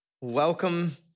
Welcome